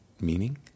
meaning